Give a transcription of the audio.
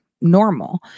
normal